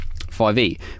5e